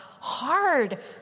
hard